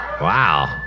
Wow